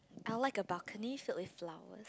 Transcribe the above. I like a balcony filled with flowers